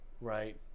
right